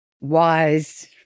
wise